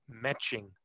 matching